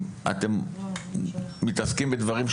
של לפני האסון,